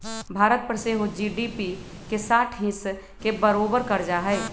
भारत पर सेहो जी.डी.पी के साठ हिस् के बरोबर कर्जा हइ